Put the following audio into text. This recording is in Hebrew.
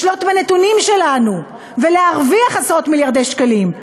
לשלוט בנתונים שלנו ולהרוויח עשרות-מיליארדי שקלים,